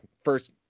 first